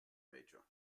major